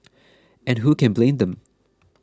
and who can blame them